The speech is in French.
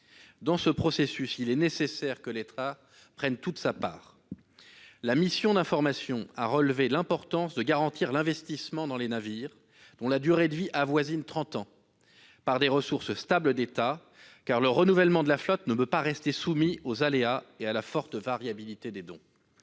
Dans ce processus, il est nécessaire que l'État prenne toute sa part. La mission d'information a relevé l'importance de garantir l'investissement dans les navires, dont la durée de vie avoisine trente ans, par des ressources stables d'État, car le renouvellement de la flotte ne peut rester soumis aux aléas et à la forte variabilité des dons.